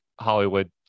hollywood